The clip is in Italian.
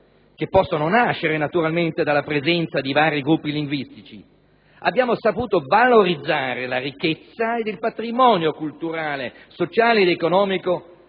che possono nascere naturalmente dalla presenza di vari gruppi linguistici, abbiamo saputo valorizzare la ricchezza ed il patrimonio culturale, sociale ed economico